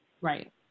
Right